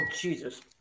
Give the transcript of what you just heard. Jesus